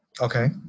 Okay